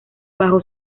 bajo